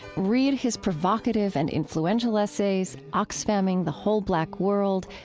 read his provocative and influential essays oxfamming the whole black world,